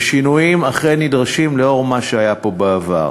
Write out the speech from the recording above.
ושינויים אכן נדרשים לאור מה שהיה פה בעבר,